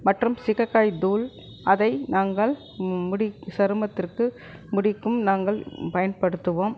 மற்றும் சிகைக்காய் தூள் அதை நாங்கள் முடிக்கு சருமத்திற்கும் முடிக்கும் நாங்கள் பயன்படுத்துவோம்